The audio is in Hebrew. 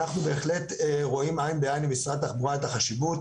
אנחנו בהחלט רואים עין בעין עם משרד התחבורה את החשיבות